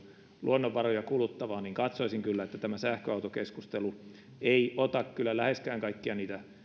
luonnonvaroja kuluttavaa niin katsoisin kyllä että tämä sähköautokeskustelu ei ota läheskään kaikkia niitä